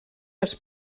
els